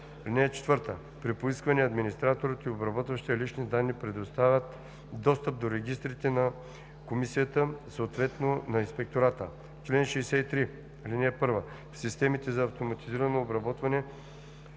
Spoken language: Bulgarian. формат. (4) При поискване администраторът и обработващият лични данни предоставят достъп до регистрите на комисията, съответно на инспектората. Чл. 63. (1) В системите за автоматизирано обработване,